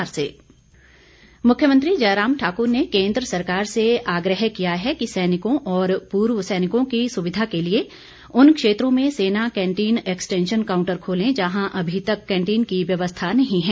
CM आग्रह मुख्यमंत्री जयराम ठाकुर ने केन्द्र सरकार से आग्रह किया है कि सैनिकों और पूर्व सैनिकों की सुविधा के लिए उन क्षेत्रों में सेना कैंटीन एक्सटैंशन काउंटर खोलें जहां अभी तक कैंटीन की व्यवस्था नहीं है